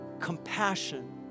compassion